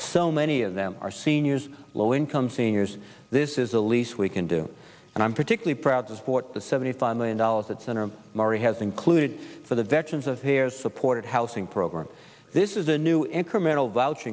so many of them are seniors low income seniors this is the least we can do and i'm particularly proud to support the seventy five million dollars that center mari has included for the veterans affairs supported housing program this is a new incremental vouch